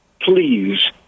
please